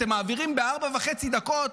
אתם מעבירים ב-4.5 דקות,